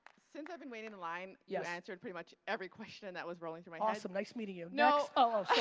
since i've been waiting in line you answered pretty much every question that was rolling through my head. awesome! nice meeting you. next? no! oh